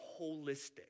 holistic